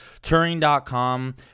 Turing.com